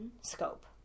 scope